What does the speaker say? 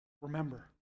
Remember